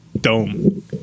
dome